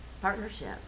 partnership